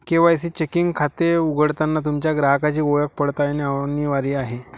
KYC checking खाते उघडताना तुमच्या ग्राहकाची ओळख पडताळणे अनिवार्य आहे